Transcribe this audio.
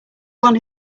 one